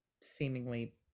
seemingly